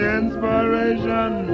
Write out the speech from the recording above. inspiration